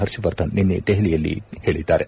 ಪರ್ಷವರ್ಧನ್ ನಿನ್ನೆ ದೆಹಲಿಯಲ್ಲಿ ತಿಳಿಸಿದ್ದಾರೆ